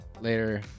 Later